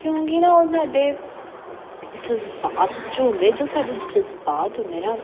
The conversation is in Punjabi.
ਕਿਉਂਕਿ ਨਾ ਉਹ ਸਾਡੇ ਜਜ਼ਬਾਤ ਜੋ ਹੁੰਦੇ ਜੋ ਸਾਡੇ ਜਜ਼ਬਾਤ ਹੁੰਦੇ ਨਾ